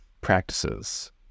practices